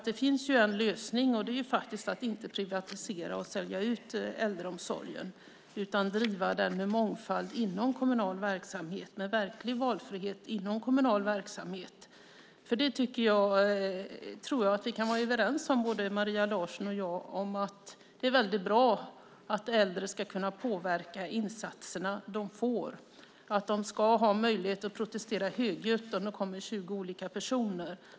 Det finns en lösning, och det är att inte privatisera och sälja ut äldreomsorgen utan driva den med mångfald inom kommunal verksamhet med verklig valfrihet inom kommunal verksamhet. Jag tror att vi kan vara överens om att det är väldigt bra att äldre ska kunna påverka de insatser som de får. De ska ha möjlighet att protestera högljutt om det kommer 20 olika personer.